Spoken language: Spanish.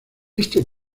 este